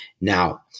Now